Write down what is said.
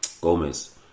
Gomez